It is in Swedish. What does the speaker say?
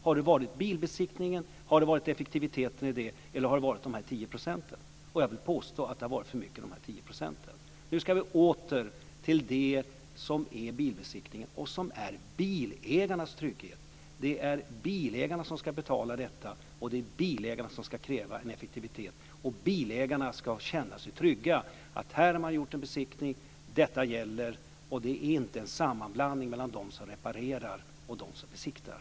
Har det varit bilbesiktningen, effektiviteten eller de 10 procenten? Jag vill påstå att det har varit för mycket de 10 procenten. Nu ska vi tillbaka till det som är bilbesiktning och det som är bilägarnas trygghet. Det är bilägarna som ska betala detta, och det är bilägarna som ska kräva en effektivitet. Bilägarna ska känna sig trygga när de har besiktigat sina bilar att besiktningen gäller. Dessutom är det ingen sammanblandning mellan dem som reparerar och dem som besiktigar.